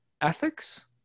ethics